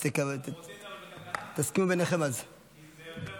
רוצים בוועדת הכלכלה, כי זה יותר נוח.